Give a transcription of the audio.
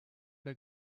der